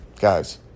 Guys